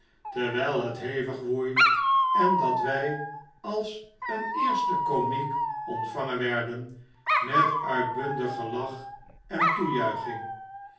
terwjjl het hevig woei en dat wjj als een eersten komiek ontvangen werden met uitbundig gelach en toejuiching